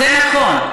זה נכון.